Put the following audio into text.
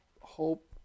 hope